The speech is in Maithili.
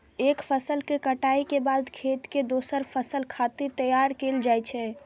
एक फसल के कटाइ के बाद खेत कें दोसर फसल खातिर तैयार कैल जाइ छै